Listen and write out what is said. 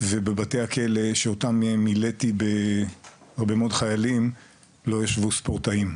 ובבתי הכלא שאותם מילאתי במאות חיילים לא ישבו ספורטאים,